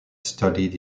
studied